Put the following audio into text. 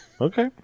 Okay